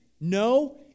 No